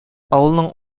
авылның